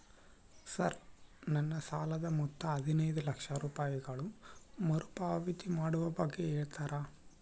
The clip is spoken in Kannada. ಸರ್ ನನ್ನ ಸಾಲದ ಮೊತ್ತ ಹದಿನೈದು ಲಕ್ಷ ರೂಪಾಯಿಗಳು ಮರುಪಾವತಿ ಮಾಡುವ ಬಗ್ಗೆ ಹೇಳ್ತೇರಾ?